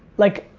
like,